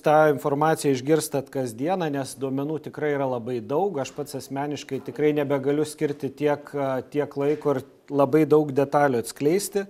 tą informaciją išgirstat kasdieną nes duomenų tikrai yra labai daug aš pats asmeniškai tikrai nebegaliu skirti tiek tiek laiko ir labai daug detalių atskleisti